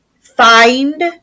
find